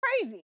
crazy